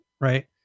right